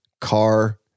car